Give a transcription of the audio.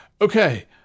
Okay